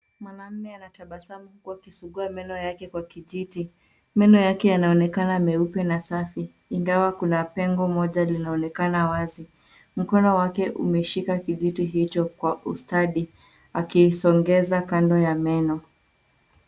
Mwanaume anatabasamu huku akisugua meno yake kwa kijiti. Meno yake yanaonekana meupe na safi ingawa kuna pengo moja linaonekana wazi. Mkono wake umeshika kijiti hicho kwa ustadi, akiisongeza kando ya meno.